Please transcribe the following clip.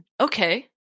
Okay